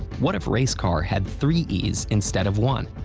what if racecar had three e's instead of one?